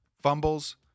fumbles